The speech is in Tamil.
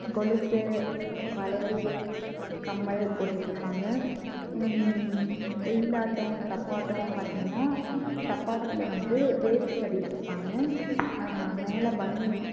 கொலுசு வளையல் கம்மல் போட்டுட்டுருப்பாங்க ஒயிலாட்டோம் தப்பாட்டோம் பார்த்தீங்கன்னா தப்பாட்டத்தில் வந்து வேஷ்ட்டி கட்டிட்டுருப்பாங்க மேலே பனியன்